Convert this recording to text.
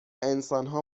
انسانها